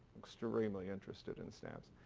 extremely interested in stamps.